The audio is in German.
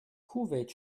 kuwait